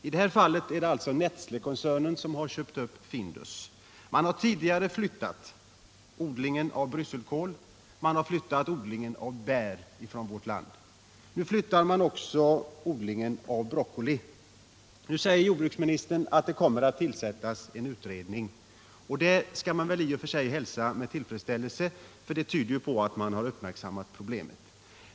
I det här fallet är det Nestlékoncernen som har köpt upp Findus. Man har tidigare flyttat odlingen av brysselkål från vårt land. Man har flyttat odlingen av bär. Nu flyttar man också odlingen av broccoli. Jordbruksministern anför att det kommer att tillsättas en utredning, och det skall man väl i och för sig hälsa med tillfredsställelse, för det tyder på att regeringen har uppmärksammat problemen.